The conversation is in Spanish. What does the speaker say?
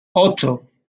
ocho